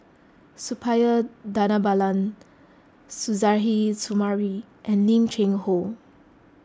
Suppiah Dhanabalan Suzairhe Sumari and Lim Cheng Hoe